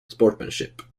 sportsmanship